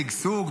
שגשוג,